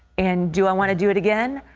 and do i want to do it again?